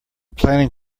planning